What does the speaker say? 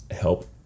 help